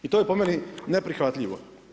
I to je po meni neprihvatljivo.